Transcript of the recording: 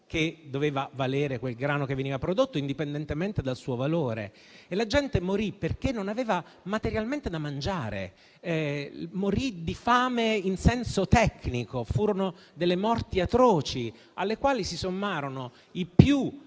che doveva valere il grano che veniva prodotto, indipendentemente dal suo valore. E la gente morì perché non aveva materialmente da mangiare. Morì di fame in senso tecnico. Furono delle morti atroci, alle quali si sommarono circa